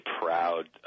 proud